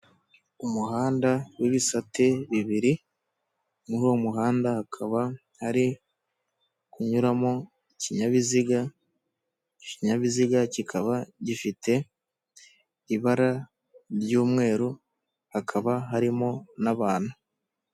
Umuhanda w'ibisate bibiri muri uwo muhanda hakaba ari kunyuramo ikinyabiziga, ikinyabiziga kikaba gifite ibara ry'umweru hakaba harimo n'abantu